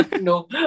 No